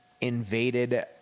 invaded